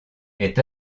est